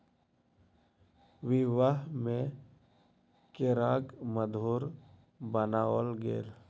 विवाह में केराक मधुर बनाओल गेल